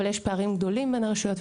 אבל יש פערים גדולים בין הרשויות,